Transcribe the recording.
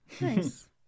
Nice